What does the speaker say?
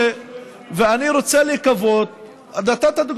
אני הייתי בג'ואריש ברמלה, אתה יודע